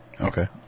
Okay